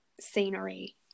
scenery